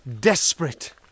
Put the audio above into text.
desperate